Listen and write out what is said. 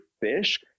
fish